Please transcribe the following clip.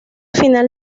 final